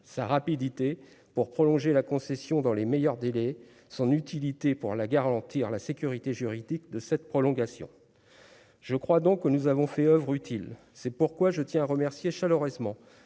sa rapidité pour prolonger la concession dans les meilleurs délais son utilité pour la garantir la sécurité juridique de cette prolongation je crois donc que nous avons fait oeuvre utile, c'est pourquoi je tiens à remercier chaleureusement